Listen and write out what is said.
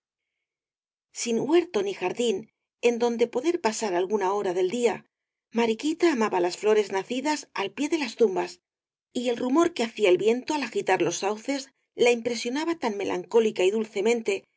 sin huerto ni jardín en donde poder pasar alguna hora del día mariquita amaba las flores nacidas al pie de las tumbas y el rumor que hacía el viento al agitar los sauces la impresionaba tan melancólica y dulcemente